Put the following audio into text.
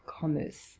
commerce